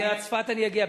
עד צפת אני אגיע?